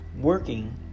working